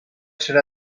serà